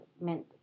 meant